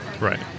right